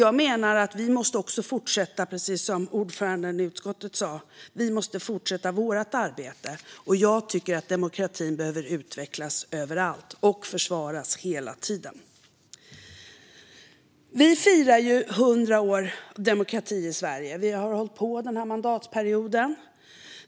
Jag menar att vi också måste fortsätta vårt arbete, precis som ordföranden i utskottet sa, och jag tycker att demokratin behöver utvecklas överallt och försvaras hela tiden. Vi firar 100 år av demokrati i Sverige. Vi har hållit på med detta under den här mandatperioden.